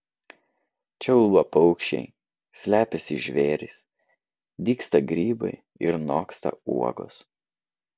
čia ulba paukščiai slepiasi žvėrys dygsta grybai ir noksta uogos